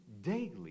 daily